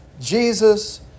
Jesus